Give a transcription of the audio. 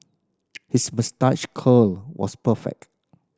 his moustache curl was perfect